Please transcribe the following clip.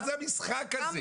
מה זה המשחק הזה,